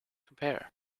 compare